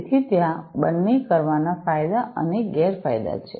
તેથી ત્યાં બંને કરવાના ફાયદા અને ગેરફાયદા છે